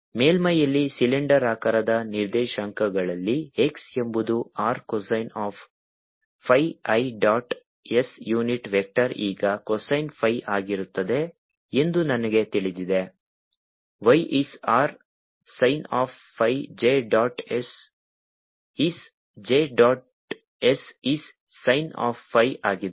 srdϕdz ಈಗ ಮೇಲ್ಮೈಯಲ್ಲಿ ಸಿಲಿಂಡರಾಕಾರದ ನಿರ್ದೇಶಾಂಕಗಳಲ್ಲಿ x ಎಂಬುದು R cosine of phi i dot s unit vector ಈಗ cosine phi ಆಗಿರುತ್ತದೆ ಎಂದು ನನಗೆ ತಿಳಿದಿದೆ y is R sin of phi j dot s is j dot s is sin of phi ಆಗಿದೆ